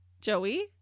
Joey